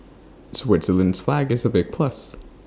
Switzerland's flag is A big plus